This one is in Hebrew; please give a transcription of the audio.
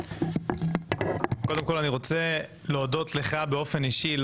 אני רוצה להודות לך באופן אישי.